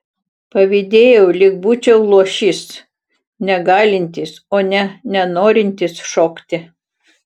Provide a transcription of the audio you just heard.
pavydėjau lyg būčiau luošys negalintis o ne nenorintis šokti